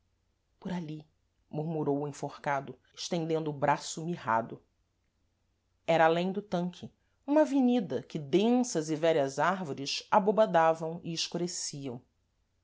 flor por ali murmurou o enforcado estendendo o braço mirrado era alêm do tanque uma avenida que densas e vélhas árvores abobadavam e escureciam